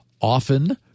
often